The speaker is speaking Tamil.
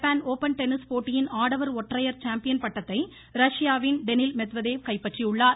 ஜப்பான் ஓப்பன் டென்னிஸ் போட்டியின் ஆடவர் ஒற்றையர் சாம்பியன் பட்டத்தை ரஷ்யாவின் டெனில் மெத்வதேவ் கைப்பற்றியுள்ளார்